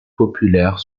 populaire